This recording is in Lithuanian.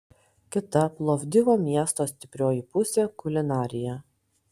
kita plovdivo miesto stiprioji pusė kulinarija